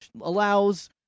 allows